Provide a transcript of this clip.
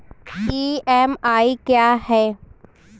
EMI क्या है?